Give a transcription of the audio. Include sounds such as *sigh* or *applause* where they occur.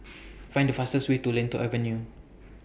*noise* Find The fastest Way to Lentor Avenue